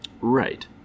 right